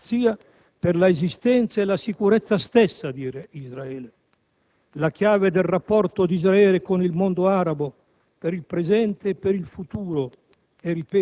La fine di questo conflitto è la maggiore garanzia per l'esistenza e la sicurezza stessa di Israele. La chiave del rapporto di Israele con il mondo arabo,